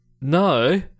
no